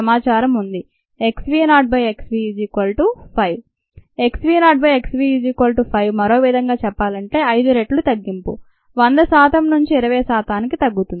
xv0xv5 x v0 x v 5 మరో విధంగా చెప్పాలంటే 5 రెట్లు తగ్గింపు 100 శాతం నుంచి 20 శాతానికి తగ్గుతుంది